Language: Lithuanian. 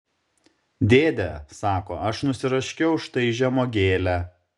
dėde sako aš nusiraškiau štai žemuogėlę